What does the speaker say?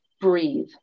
breathe